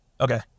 Okay